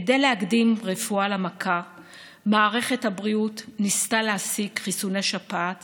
כדי להקדים רפואה למכה מערכת הבריאות ניסתה להשיג חיסוני שפעת